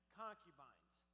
concubines